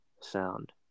sound